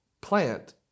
plant